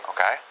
Okay